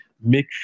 Make